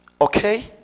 okay